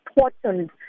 important